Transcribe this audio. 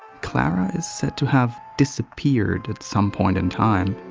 clara is said to have. disappeared at some point in time.